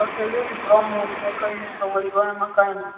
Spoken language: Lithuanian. pakeliui į bromo ugnikalnį pravažiuojame kaimą